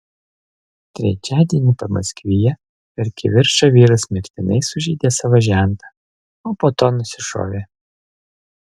trečiadienį pamaskvyje per kivirčą vyras mirtinai sužeidė savo žentą o po to nusišovė